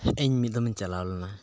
ᱤᱧ ᱢᱤᱫ ᱫᱚᱢ ᱤᱧ ᱪᱟᱞᱟᱣ ᱞᱮᱱᱟ